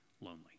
lonely